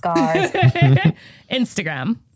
Instagram